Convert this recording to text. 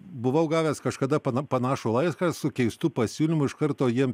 buvau gavęs kažkada pana panašų laišką su keistu pasiūlymu iš karto jiem